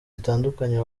zitandukanye